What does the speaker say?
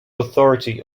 authority